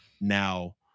now